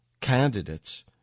candidates